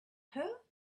her